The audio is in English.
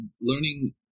learning